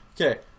Okay